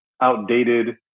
outdated